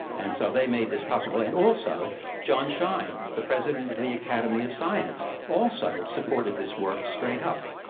and so they made this possible. and also john shine, the president of the academy of science also supported this work straight up.